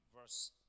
verse